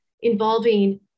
involving